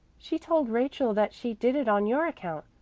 she told rachel that she did it on your account.